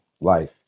life